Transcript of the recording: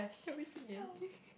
got me singing